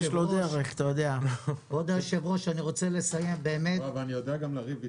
יודע גם לריב איתם.